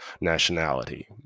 nationality